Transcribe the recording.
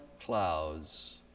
clouds